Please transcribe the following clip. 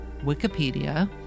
Wikipedia